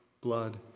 blood